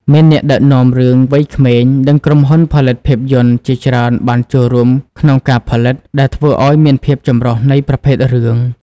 មានអ្នកដឹកនាំរឿងវ័យក្មេង និងក្រុមហ៊ុនផលិតភាពយន្តជាច្រើនបានចូលរួមក្នុងការផលិត ដែលធ្វើឱ្យមានភាពចម្រុះនៃប្រភេទរឿង។